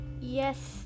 Yes